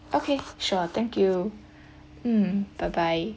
okay sure thank you mm bye bye